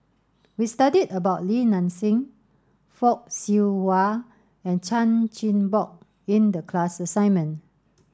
we studied about Li Nanxing Fock Siew Wah and Chan Chin Bock in the class assignment